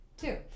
two